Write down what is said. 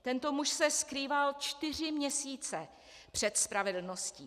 Tento muž se skrýval čtyři měsíce před spravedlností.